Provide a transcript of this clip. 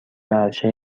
عرشه